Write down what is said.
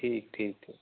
ਠੀਕ ਠੀਕ ਏ